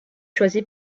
choisi